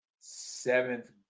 seventh